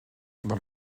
dans